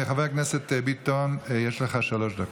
חבר הכנסת ביטון, יש לך שלוש דקות.